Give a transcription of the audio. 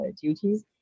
duties